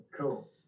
cool